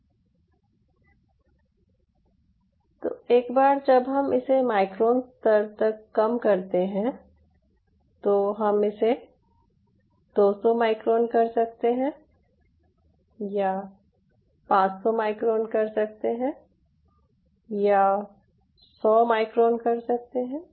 और एक बार जब हम इसे माइक्रोन स्तर कम करते हैं तो हम इसे 200 माइक्रोन कर सकते हैं या 500 माइक्रोन कर सकते हैं या 100 माइक्रोन कर सकते हैं